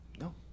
no